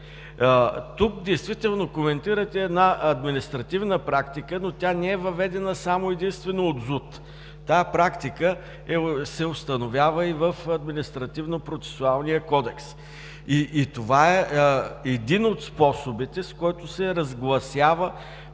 за залепване тук коментирате административна практика, но тя не е въведена единствено и само от ЗУТ. Такава практика се установява и в Административнопроцесуалния кодекс. Това е един от способите, с който се разгласява